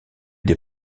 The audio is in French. des